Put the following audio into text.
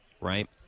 Right